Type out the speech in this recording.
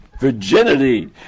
virginity